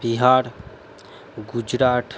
Bihar Gujarat